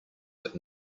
that